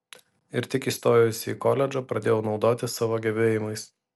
ir tik įstojusi į koledžą pradėjau naudotis savo gebėjimais